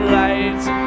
lights